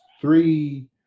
three